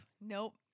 Nope